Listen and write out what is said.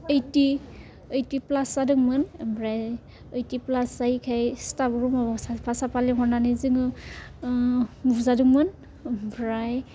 ओइटि प्लास जादोंमोन ओमफ्राय ओइटि प्लास जायिखाय स्टाफ रुमाव साफा साफा लेंहरनानै जोङो बुजादोंमोन ओमफ्राय